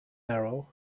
arrow